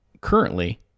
currently